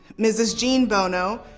mrs. jean bono.